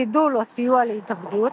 שידול או סיוע להתאבדות,